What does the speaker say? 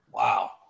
Wow